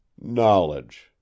Knowledge